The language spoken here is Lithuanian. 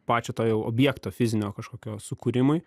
pačio to jau objekto fizinio kažkokio sukūrimui